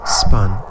spun